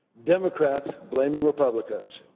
democrats blaming republicans.